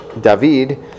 David